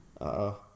Uh-oh